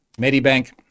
Medibank